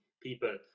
people